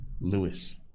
Lewis